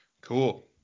Cool